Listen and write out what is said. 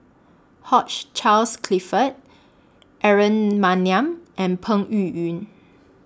Hugh Charles Clifford Aaron Maniam and Peng Yuyun